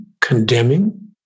condemning